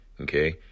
okay